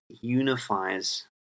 unifies